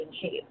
shape